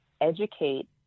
educate